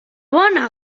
bona